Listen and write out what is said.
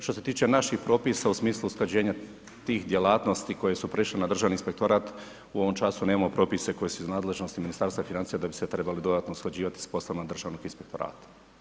Što se tiče naših propisa u smislu usklađenja tih djelatnosti koje su prešli na Državni inspektorat, u ovom času nemamo propise koji su iz nadležnosti Ministarstva financija da bi se trebali dodatno usklađivati s poslovima Državnog inspektorata.